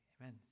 amen